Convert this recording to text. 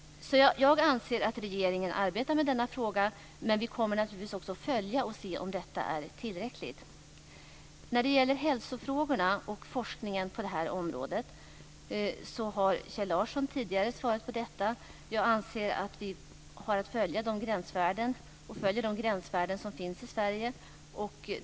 Jag anser att regeringen arbetar med denna fråga, men vi kommer naturligtvis också att följa upp det här och se om det är tillräckligt. När det gäller hälsofrågorna och forskningen på det här området har Kjell Larsson tidigare svarat på detta. Jag anser att vi har att följa och följer de gränsvärden som finns i Sverige.